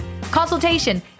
consultation